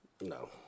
No